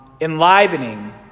enlivening